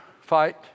fight